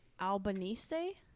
Albanese